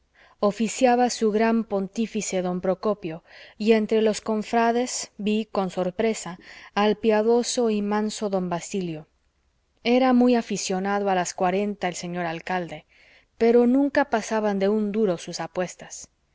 oficiaba su gran pontífice don procopio y entre los cofrades ví con sorpresa al piadoso y manso don basilio era muy aficionado a las cuarenta el señor alcalde pero nunca pasaban de un duro sus apuestas